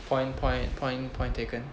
point point point point taken